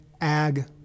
ag